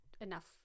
enough